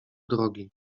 drogi